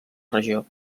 regió